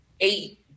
eight